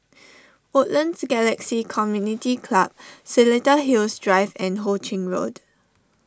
Woodlands Galaxy Community Club Seletar Hills Drive and Ho Ching Road